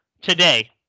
Today